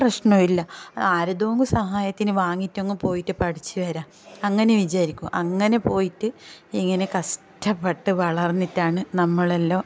പ്രശ്നവില്ല ആരുദോങ്കി സഹായത്തിന് വാങ്ങിയിട്ടങ്ങ് പോയിട്ട് പഠിച്ച് വരാം അങ്ങനെ വിചാരിക്കും അങ്ങനെ പോയിട്ട് ഇങ്ങനെ കഷ്ടപ്പെട്ട് വളർന്നിട്ടാണ് നമ്മളെല്ലാം